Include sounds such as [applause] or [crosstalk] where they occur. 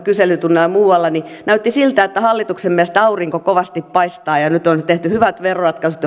[unintelligible] kyselytunnilla ja muualla näytti siltä että hallituksen mielestä aurinko kovasti paistaa ja ja nyt on tehty hyvät veroratkaisut [unintelligible]